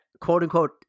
quote-unquote